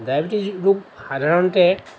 diabetes ৰোগ সাধাৰণতে